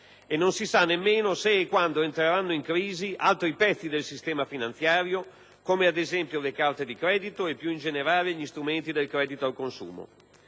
e non si sa nemmeno se e quando entreranno in crisi altri pezzi del sistema finanziario come, ad esempio, le carte di credito e, più in generale, gli strumenti del credito al consumo.